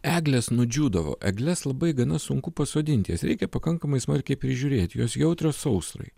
eglės nudžiūdavo egles labai gana sunku pasodinti jas reikia pakankamai smarkiai prižiūrėt jos jautrios sausrai